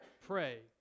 Pray